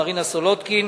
מרינה סולודקין,